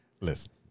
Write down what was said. Listen